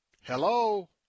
hello